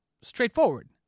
straightforward